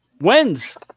wins